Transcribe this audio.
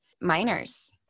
minors